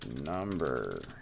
number